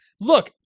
Look